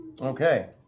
Okay